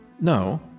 no